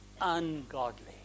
ungodly